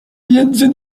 między